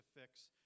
fix